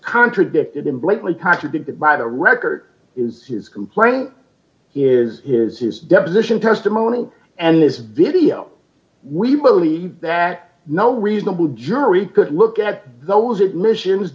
contradicted in blakely contradicted by the record is his complaint is is his deposition testimony and this video we believe that no reasonable jury could look at those admissions